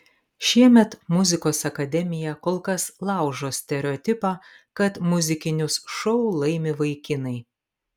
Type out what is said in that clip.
šiemet muzikos akademija kol kas laužo stereotipą kad muzikinius šou laimi vaikinai